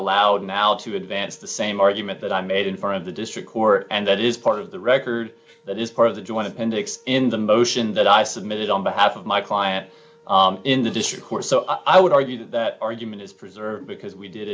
allowed now to advance the same argument that i made in front of the district court and that is part of the record that is part of the joint appendix in the motion that i submitted on behalf of my client in the district court so i would argue that that argument is preserved because we did